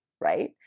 right